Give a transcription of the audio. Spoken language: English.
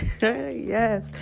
Yes